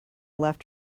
left